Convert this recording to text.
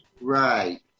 Right